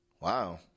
Wow